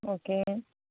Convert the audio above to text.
okay